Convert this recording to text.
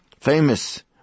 famous